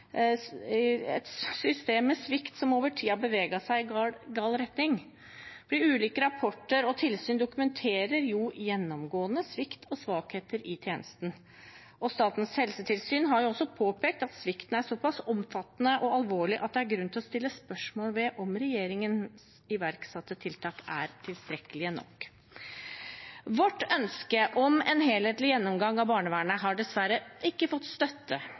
et system med svikt som over tid har beveget seg i gal retning? De ulike rapportene og tilsynene dokumenterer gjennomgående svikt og svakheter i tjenesten, og Statens helsetilsyn har også påpekt at svikten er så pass omfattende og alvorlig at det er grunn til å stille spørsmål ved om regjeringens iverksatte tiltak er tilstrekkelige. Vårt ønske om en helhetlig gjennomgang av barnevernet har dessverre ikke fått støtte